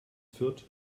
fürth